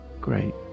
great